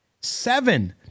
seven